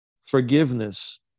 forgiveness